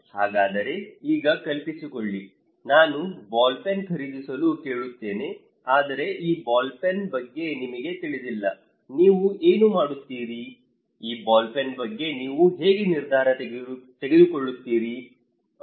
ಹಾಗಾದರೆ ಈಗ ಕಲ್ಪಿಸಿಕೊಳ್ಳಿ ನಾನು ಬಾಲ್ ಪೆನ್ ಖರೀದಿಸಲು ಕೇಳುತ್ತೇನೆ ಆದರೆ ಈ ಬಾಲ್ ಪೆನ್ನ ಬಗ್ಗೆ ನಿಮಗೆ ತಿಳಿದಿಲ್ಲ ನೀವು ಏನು ಮಾಡುತ್ತೀರಿ ಈ ಬಾಲ್ ಪೆನ್ನ ಬಗ್ಗೆ ನೀವು ಹೇಗೆ ನಿರ್ಧಾರ ತೆಗೆದುಕೊಳ್ಳುತ್ತೀರಿ ಅದು